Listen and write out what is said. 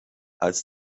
als